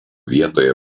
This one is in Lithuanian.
vietoje